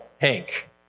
Hank